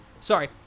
Sorry